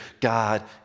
God